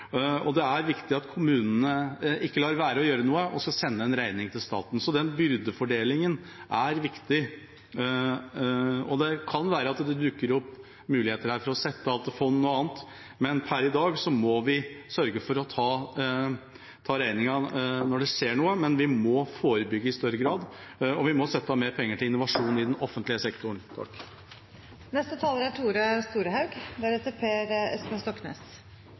Det er viktig at kommunene ikke lar være å gjøre noe for så å sende regningen til staten. Den byrdefordelingen er viktig. Det kan være at det dukker opp muligheter for å sette av til fond og annet, men per i dag må vi sørge for å kunne ta regningen når det skjer noe. Vi må forebygge i større grad, og vi må sette av mer penger til innovasjon i den offentlige sektoren.